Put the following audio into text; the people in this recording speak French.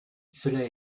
cela